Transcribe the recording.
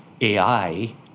AI